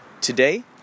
today